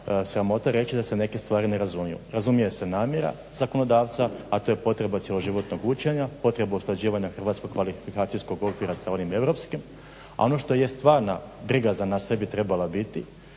sramota reći da se neke stvari ne razumiju, razumije se namjera zakonodavca a to je potreba cijeloživotnog učenja, potrebu usklađivanja hrvatskog kvalifikacijskog okvira sa onim Europskim. A ono što je stvarna briga, za nas ne bi trebala biti,